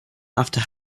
after